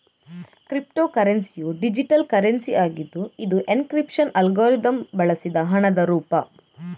crypto ಕರೆನ್ಸಿಯು digital currency ಆಗಿದ್ದು ಇದು ಎನ್ಕ್ರಿಪ್ಶನ್ ಅಲ್ಗಾರಿದಮ್ ಬಳಸಿದ ಹಣದ ರೂಪ